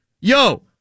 Yo